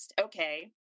Okay